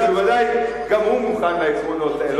שבוודאי גם הוא מוכן לעקרונות האלה.